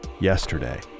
yesterday